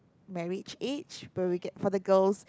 marriage age where we get for the girls